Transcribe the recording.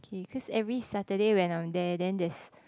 K cause every Saturday when I'm there then there's